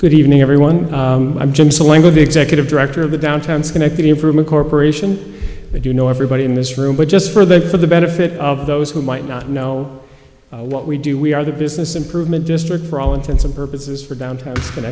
good evening everyone i'm jim selebi executive director of the downtown schenectady improvement corporation and you know everybody in this room but just for the for the benefit of those who might not know what we do we are the business improvement district for all intents and purposes for downtown